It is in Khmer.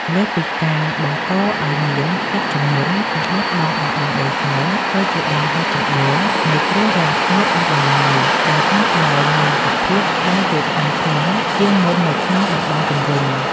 លើសពីការបង្កឱ្យមានទឹកជំនន់ ការបាត់បង់តំបន់ដីសើមក៏ជាដើមហេតុចម្បងនៃ គ្រោះរាំងស្ងួតអូសបន្លាយ ដែលកាន់តែមានសភាពក្តៅហួតហែងខ្លាំងជាងមុននៅក្នុងតំបន់ជុំវិញ។